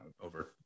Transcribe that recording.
over